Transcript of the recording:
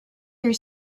here